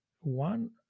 one